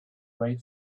way